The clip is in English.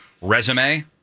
resume